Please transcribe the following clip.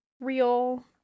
real